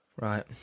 Right